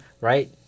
right